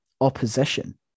opposition